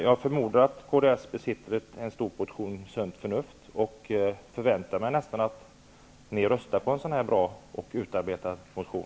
Jag förmodar att kds besitter en stor portion sunt förnuft, och jag förväntar mig nästan att ni röstar på en så här bra och utarbetad motion.